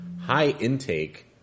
high-intake